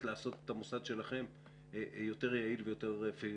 לעשות את המוסד שלכם יותר יעיל ויותר משפיע.